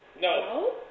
No